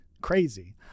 crazy